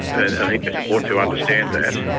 and i think it's important to understand that.